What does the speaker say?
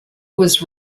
was